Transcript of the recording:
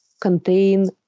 contain